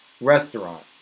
restaurant